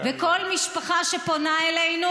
וכל משפחה שפונה אלינו,